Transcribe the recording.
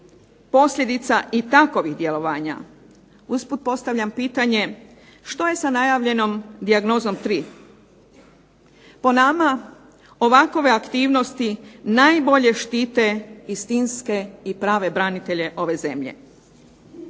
posljedica i takovih djelovanja. Usput postavljam pitanje što je sa najavljenom Dijagnozom 3? Po nama ovakove aktivnosti najbolje štite istinske i prave branitelje ove zemlje.